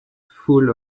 full